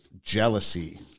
Jealousy